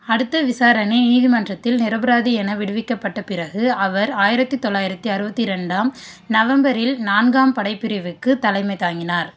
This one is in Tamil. அடுத்து விசாரணை நீதிமன்றத்தில் நிரபராதி என விடுவிக்கப்பட்ட பிறகு அவர் ஆயிரத்து தொள்ளாயிரத்து அறுபத்தி ரெண்டாம் நவம்பரில் நான்காம் படைப்பிரிவுக்குத் தலைமை தாங்கினார்